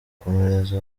komereza